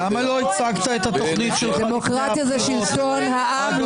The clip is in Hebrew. תפסיקו, אתם לא